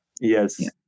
Yes